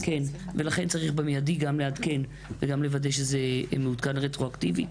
ולכן צריך מיידית לעדכן וגם לוודא שזה מעודכן רטרואקטיבית.